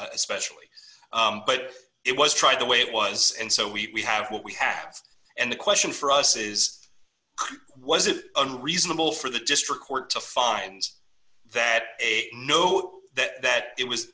especially but it was tried the way it was and so we have what we have and the question for us is was it unreasonable for the district court to finds that they know that that it was